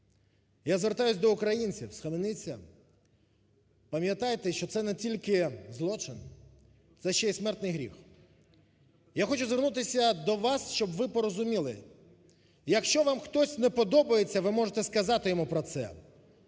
Я звертаюсь до українців. Схаменіться! Пам’ятайте, що це не тільки злочин, це ще й смертний гріх. Я хочу звернутися до вас, щоб ви порозуміли. Якщо вам хтось не подобається, ви можете сказати йому про це,